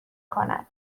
کند